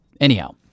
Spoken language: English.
Anyhow